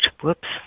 whoops